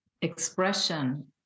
expression